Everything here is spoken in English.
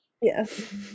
Yes